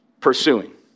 pursuing